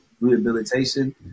rehabilitation